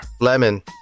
Lemon